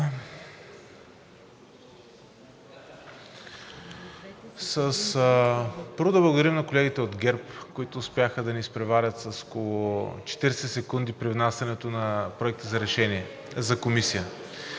Първо, благодаря на колегите от ГЕРБ, които успяха да ни изпреварят с около 40 секунди при внасянето на Проекта за решение за комисия.